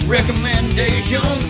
Recommendation